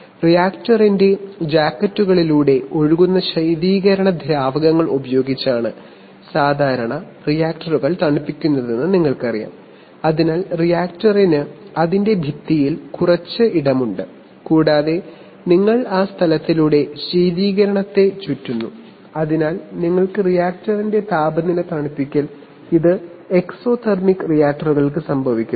റിയാക്ടറിന്റെ ജാക്കറ്റുകളിലൂടെ ഒഴുകുന്ന ശീതീകരണ ദ്രാവകങ്ങൾ ഉപയോഗിച്ചാണ് സാധാരണ റിയാക്ടറുകൾ തണുപ്പിക്കുന്നതെന്ന് നിങ്ങൾക്കറിയാം അതിനാൽ റിയാക്ടറിന് അതിന്റെ ഭിത്തിയിൽ കുറച്ച് ഇടമുണ്ട് കൂടാതെ നിങ്ങൾ ആ സ്ഥലത്തിലൂടെ ശീതീകരണത്തെ ചുറ്റുന്നു അങ്ങനെ റിയാക്ടറിന്റെ താപനില തണുപ്പിക്കാൻ സാധിക്കുന്നു